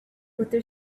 with